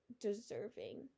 deserving